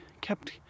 kept